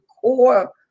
core